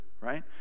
right